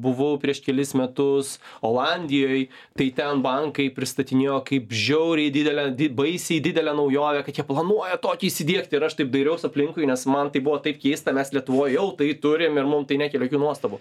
buvau prieš kelis metus olandijoj tai ten bankai pristatinėjo kaip žiauriai didelę baisiai didelę naujovę kad jie planuoja tokį įsidiegti ir aš taip dairiaus aplinkui nes man tai buvo taip keista mes lietuvoj jau tai turim ir mum tai nekelia jokių nuostabų